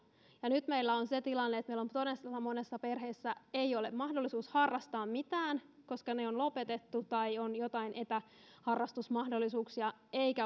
mutta nyt meillä on se tilanne että meillä todella monessa perheessä ei ole mahdollisuutta harrastaa mitään koska harrastukset on lopetettu tai on jotain etäharrastusmahdollisuuksia ei